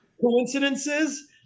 coincidences